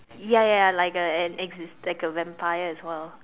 ya ya ya like a exist like a Vampire as well